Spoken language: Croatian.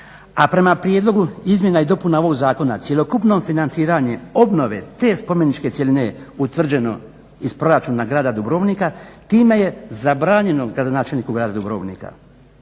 a prema prijedlogu izmjena i dopuna ovog zakona cjelokupno financiranje obnove te spomeničke cjeline utvrđeno iz proračuna grada Dubrovnika time je zabranjeno gradonačelniku grada Dubrovnika